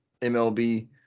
MLB